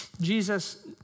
Jesus